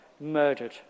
murdered